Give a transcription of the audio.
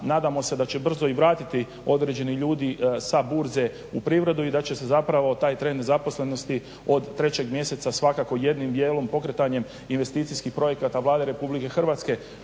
nadamo se da će brzo i vratiti određeni ljudi sa burze u privredu i da će se taj trend nezaposlenosti od 3.mjeseca svakako jednim dijelom pokretanjem investicijskih projekta Vlade RH vratiti